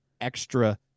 extra